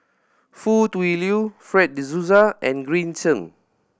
Foo Tui Liew Fred De Souza and Green Zeng